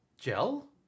gel